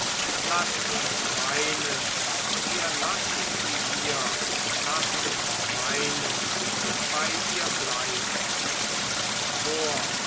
laßt uns weinen wir lassen sie hier laßt uns weinen und bei ihr bleiben chor